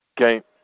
Okay